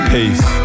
Peace